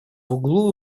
углу